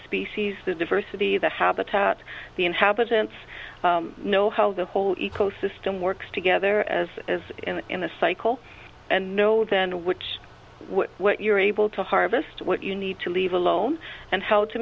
species the diversity the habitat the inhabitants know how the whole ecosystem works together as is in a cycle and know then which what you're able to harvest what you need to leave alone and how to